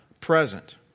present